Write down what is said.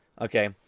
Okay